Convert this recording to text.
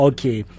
Okay